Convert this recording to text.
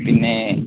പിന്നെ